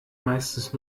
meistens